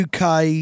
UK